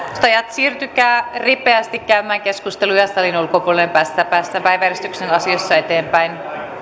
siirtykää ripeästi käymään keskusteluja salin ulkopuolelle niin päästään päiväjärjestyksen asioissa eteenpäin